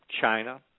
China